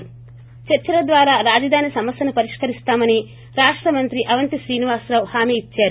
ి చర్చల ద్వారా రాజధాని సమస్యను పరిష్కరిస్తామని రాష్ట మంత్రి అవంతి శ్రీనివాస రావు హామి ఇచ్చారు